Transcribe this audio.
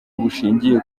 bushingiye